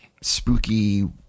spooky